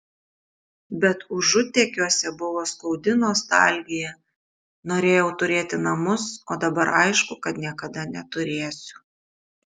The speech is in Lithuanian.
bet užutekiuose buvo skaudi nostalgija norėjau turėti namus o dabar aišku kad niekada neturėsiu